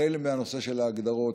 החל מהנושא של ההגדרות,